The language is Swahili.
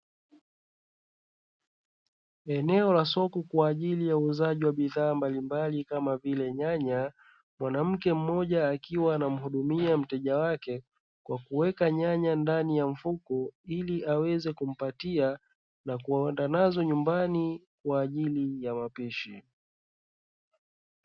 Eneo la soko kwa ajili ya uuzaji wa bidhaa mbalimbali kama vile nyanya, mwanamke mmoja akiwa anamhudumia mteja wake kwa kuweka nyanya ndani ya mfuko ili aweze kumpatia na kwenda nazo nyumbani kwa ajili ya mapishi.